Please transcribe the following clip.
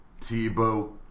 Tebow